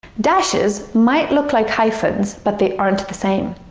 dashes might look like hyphens, but they aren't the same.